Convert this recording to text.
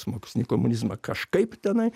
mokslinį komunizmą kažkaip tenai